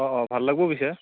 অঁ ভাল লাগিব পিছে